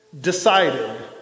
decided